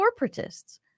corporatists